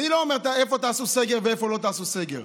אני לא אומר איפה תעשו סגר ואיפה לא תעשו סגר,